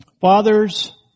Fathers